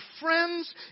friends